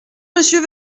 monsieur